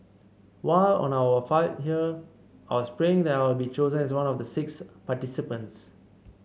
while on our fight here I was praying be chosen as one of the six participants